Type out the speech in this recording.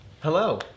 Hello